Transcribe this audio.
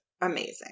amazing